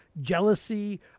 jealousy